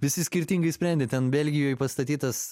visi skirtingai sprendė ten belgijoj pastatytas